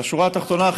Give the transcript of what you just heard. בשורה התחתונה,